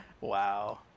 Wow